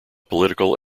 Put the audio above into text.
political